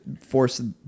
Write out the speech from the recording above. force